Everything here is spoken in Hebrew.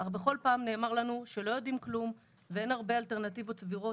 אך בכל פעם נאמר לנו שלא יודעים כלום ואין הרבה אלטרנטיבות סבירות,